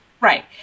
Right